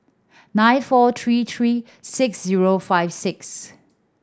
nine four three three six zero five six